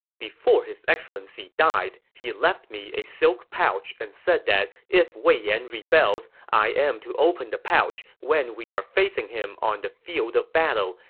before his excellency died, he left me a silk pouch and said that if wei yan rebels, i am to open the pouch when we are facing him on the field of battle,